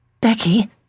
Becky